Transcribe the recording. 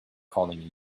calling